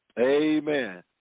amen